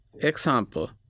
Example